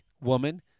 woman